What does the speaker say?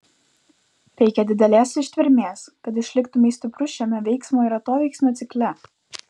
reikia didelės ištvermės kad išliktumei stiprus šiame veiksmo ir atoveiksmio cikle